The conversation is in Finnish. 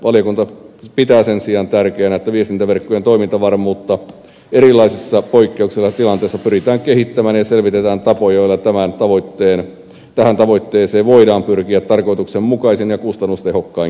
valiokunta pitää sen sijaan tärkeänä että viestintäverkkojen toimintavarmuutta erilaisissa poikkeuksellisissa tilanteissa pyritään kehittämään ja selvitetään tapoja joilla tähän tavoitteeseen voidaan pyrkiä tarkoituksenmukaisin ja kustannustehokkain keinoin